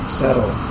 settle